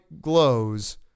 glows